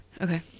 okay